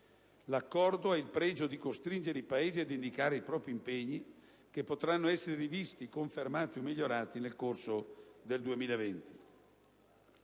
L'accordo ha il pregio di costringere i Paesi ad indicare i propri impegni, che potranno essere rivisti, confermati o migliorati nel corso del 2010.